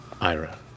Ira